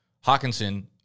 Hawkinson